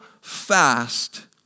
fast